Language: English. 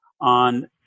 on